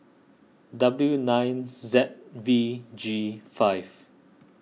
W nine Z V G five